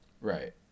right